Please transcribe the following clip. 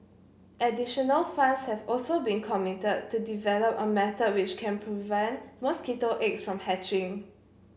additional funds have also been committed to develop a method which can prevent mosquito eggs from hatching